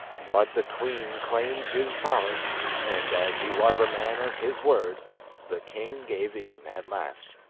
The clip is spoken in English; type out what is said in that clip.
but the queen claimed his promise, and as he was a man of his word the king gave in at last.